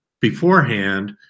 beforehand